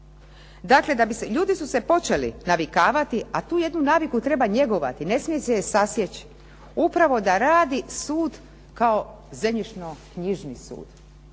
Dakle, ljudi su se počeli navikavati. A tu jednu naviku treba njegovati, ne smije se je sasjeći. Upravo da radi sud kao zemljišno-knjižni sud.